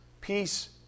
peace